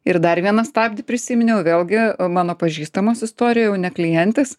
ir dar vieną stabdį prisiminiau vėlgi mano pažįstamos istorija jau ne klientės